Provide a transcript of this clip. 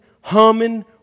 humming